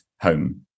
home